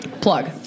plug